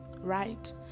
Right